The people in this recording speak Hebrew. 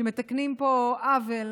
שמתקנים פה עוול